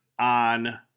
on